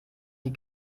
die